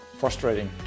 frustrating